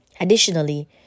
Additionally